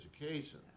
education